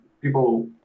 people